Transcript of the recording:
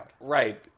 Right